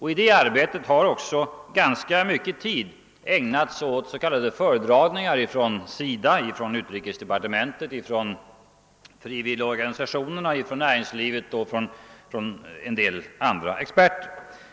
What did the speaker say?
I det arbetet har också mycket tid ägnats åt s.k. föredragningar från SIDA, utrikesdepartementet, från frivilligorganisationerna, från näringslivet och från en del andra experter.